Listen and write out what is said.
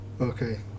okay